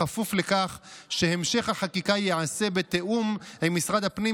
בכפוף לכך שהמשך החקיקה יעשה בתיאום עם משרד הפנים,